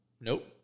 Nope